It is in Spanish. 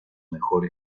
mejor